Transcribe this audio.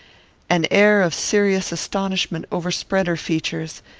an air of serious astonishment overspread her features,